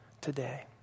today